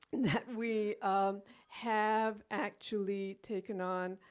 that we have actually taken on